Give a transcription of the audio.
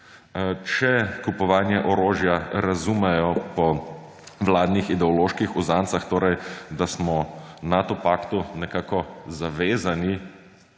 če kupovanje orožja razumejo po vladnih ideoloških uzancah; torej, da smo Nato paktu nekako zavezani,